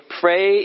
pray